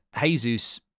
Jesus